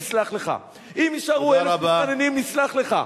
נסלח לך,